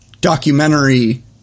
documentary